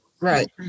Right